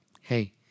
Hey